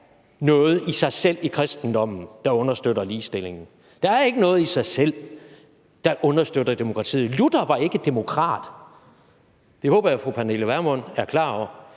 noget i sig selv i kristendommen, der understøtter ligestillingen. Der er ikke noget i sig selv i kristendom, der understøtter demokratiet. Luther var ikke demokrat. Det håber jeg at fru Pernille Vermund er klar over.